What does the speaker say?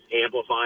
amplify